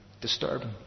disturbing